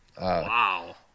Wow